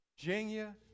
Virginia